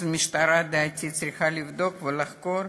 אז המשטרה, לדעתי, צריכה לבדוק ולחקור,